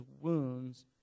wounds